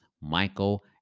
Michael